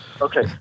okay